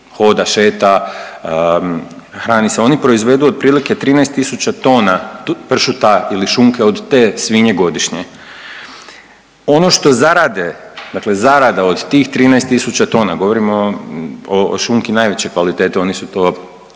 hoda, šeta, hrani se, oni proizvedu otprilike 13 tisuća tona pršuta ili šunke od te svinje godišnje. Ono što zarade, dakle zarada od tih 13 tisuća tona, govorimo o šunki najveće kvalitete, oni su to